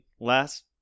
last